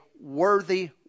worthy